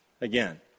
again